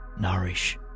nourish